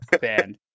band